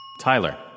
Tyler